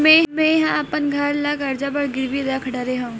मेहा अपन घर ला कर्जा बर गिरवी रख डरे हव